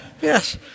Yes